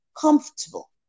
comfortable